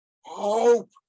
Hope